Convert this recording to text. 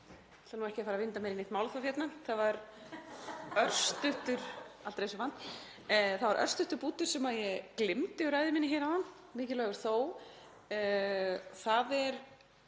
Það var örstuttur bútur sem ég gleymdi í ræðu minni áðan, mikilvægur þó. Það er